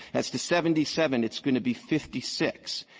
as to seventy seven, it's going to be fifty six.